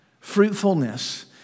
fruitfulness